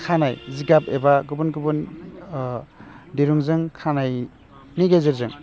खानाय जिगाब एबा गुबुन गुबुन दिरुंजों खानायनि गेजेरजों